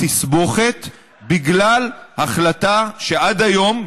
תסבוכת בגלל החלטה שעד היום,